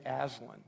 Aslan